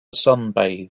sunbathe